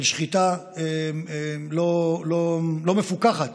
של שחיטה לא מפוקחת